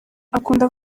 akunda